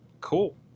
Cool